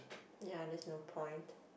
ya there's no point